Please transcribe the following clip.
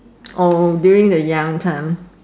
oh during the young time